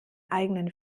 eigenen